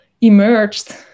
emerged